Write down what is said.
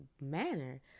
manner